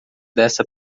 dessa